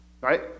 right